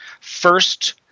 first